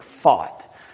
fought